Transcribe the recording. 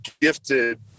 gifted